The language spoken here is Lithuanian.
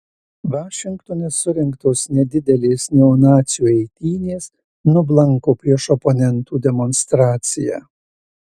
vašingtone surengtos nedidelės neonacių eitynės nublanko prieš oponentų demonstraciją